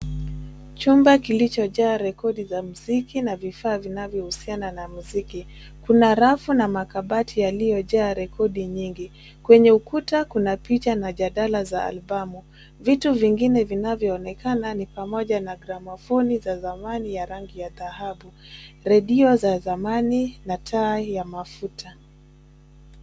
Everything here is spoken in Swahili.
Chumba kilicho jaa rekodi za muziki na vifaa vinavyohusiana na muziki. Kuna rafu na makabati yaliyojaa rekodi nyingi. Kwenye ukuta kuna picha na jadala za albamu. Vitu vingine vinavyoonekana ni pamoja na gramofoni za zamani ya rangi ya dhahabu. Redio za zamani na taa ya mafuta.